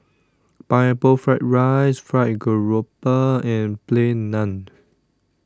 Pineapple Fried Rice Fried Garoupa and Plain Naan